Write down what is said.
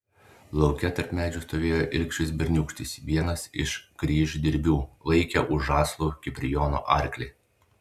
lauke tarp medžių stovėjo ilgšis berniūkštis vienas iš kryždirbių laikė už žąslų kiprijono arklį